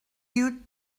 you